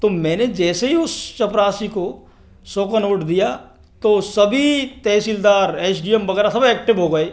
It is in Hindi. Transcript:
तो मैंने जैसे ही उस चपरासी को सौ का नोट दिया तो सभी तहसीलदर एस डी एम वगैरह सब एक्टिव हो गए